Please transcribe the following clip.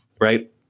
right